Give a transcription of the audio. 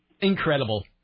Incredible